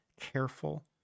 careful